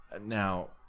Now